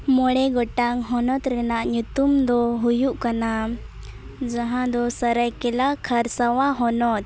ᱢᱚᱬᱮ ᱜᱚᱴᱟᱝ ᱦᱚᱱᱚᱛ ᱨᱮᱱᱟᱜ ᱧᱩᱛᱩᱢᱫᱚ ᱦᱩᱭᱩᱜ ᱠᱟᱱᱟ ᱡᱟᱦᱟᱸᱫᱚ ᱥᱟᱨᱟᱭᱠᱮᱞᱟ ᱠᱷᱟᱨᱥᱟᱣᱟ ᱦᱚᱱᱚᱛ